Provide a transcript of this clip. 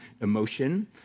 emotion